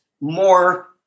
more